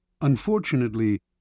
Unfortunately